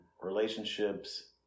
relationships